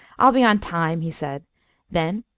i'll be on time, he said then,